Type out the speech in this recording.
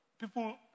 People